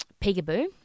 peekaboo